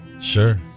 Sure